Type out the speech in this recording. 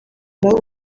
nabo